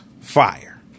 fire